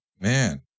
Man